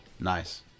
nice